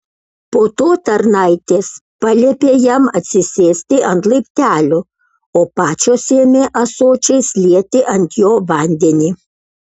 po to tarnaitės paliepė jam atsisėsti ant laiptelių o pačios ėmė ąsočiais lieti ant jo vandeni